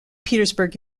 petersburg